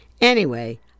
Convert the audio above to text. Anyway